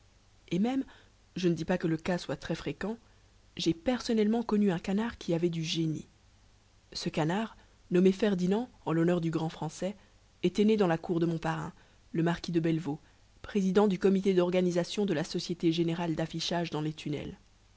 et même je ne dis pas que le cas soit très fréquent jai personnellement connu un canard qui avait du génie ce canard nommé ferdinand en lhonneur du grand français était né dans la cour de mon parrain le marquis de belveau président du comité dorganisation de la société générale daffichage dans les tunnels